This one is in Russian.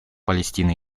палестины